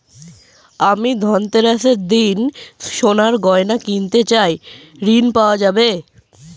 আমি ধনতেরাসের দিন সোনার গয়না কিনতে চাই ঝণ পাওয়া যাবে?